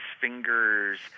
fingers